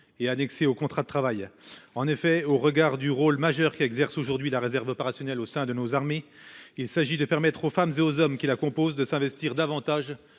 et annexé au contrat de travail en effet au regard du rôle majeur qu'qui exerce aujourd'hui la réserve opérationnelle au sein de nos armées. Il s'agit de permettre aux femmes et aux hommes qui la composent, de s'investir davantage